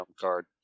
card